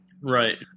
Right